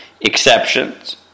exceptions